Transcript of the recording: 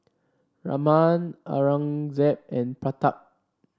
Raman Aurangzeb and Pratap